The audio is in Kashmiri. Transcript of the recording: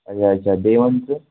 اچھا اچھا بیٚیہِ وَن ژٕ